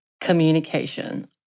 communication